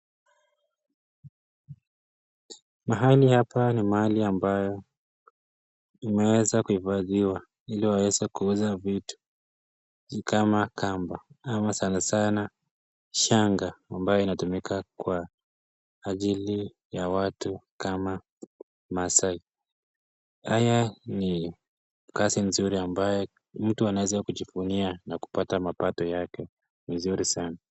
Mahali hapa ni mahali ambayo imeweza kuhifadhiwa ili waweze kuuza vitu kama kamba ama sana sana shanga ambaye inatumika kwa ajili ya watu kama maasai. Haya ni kazi mzuri ambayo ni mtu anaweza kujivunia na kupata mapato yake vizuri sana.